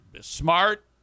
smart